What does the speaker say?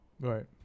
right